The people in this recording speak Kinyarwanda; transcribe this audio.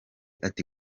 ati